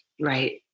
Right